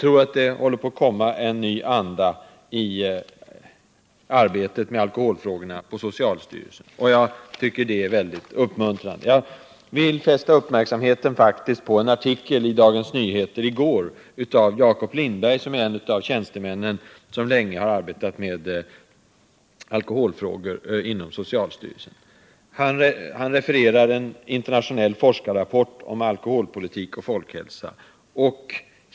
En ny anda håller nog på att växa fram på socialstyrelsen när det gäller alkoholfrågorna, och det är mycket uppmuntrande. Jag vill fästa uppmärksamheten på en artikel i gårdagens Dagens Nyheter. Den har skrivits av Jakob Lindberg, som är en av de tjänstemän inom socialstyrelsen som har arbetat länge med alkoholfrågor. Han refererar en internationell forskarrapport om alkoholpolitik och folkhälsa.